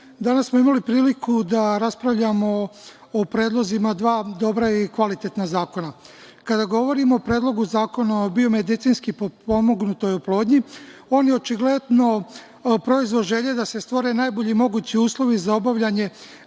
danas smo imali priliku da raspravljamo o predlozima dva dobra i kvalitetna zakona. Kada govorim o Predlogu zakona o biomedicinski potpomognutoj oplodnji, on je očigledno proizvod želje da se stvore najbolji mogući uslovi za obavljanje